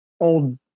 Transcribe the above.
old